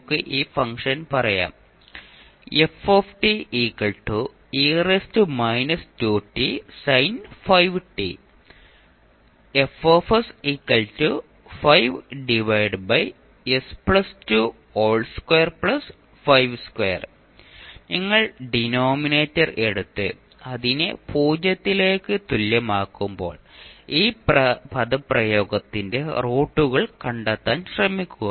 നമുക്ക് ഈ ഫംഗ്ഷൻ പറയാം നിങ്ങൾ ഡിനോമിനേറ്റർ എടുത്ത് അതിനെ 0 ലേക്ക് തുല്യമാക്കുമ്പോൾ ഈ പദപ്രയോഗത്തിന്റെ റൂട്ടുകൾ കണ്ടെത്താൻ ശ്രമിക്കുക